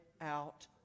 out